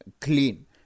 clean